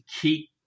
keep